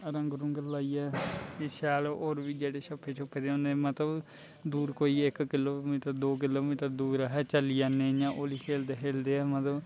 रंग रूंग लाइयै शैल होर बी जेह्ड़े छप्पे छुप्पे दे होंदे होंदे मतलब बूट पाइये इक किलो मीटर दो किलो मीटर दूर आहें चली आने होली खेलदे खेलदे मतलब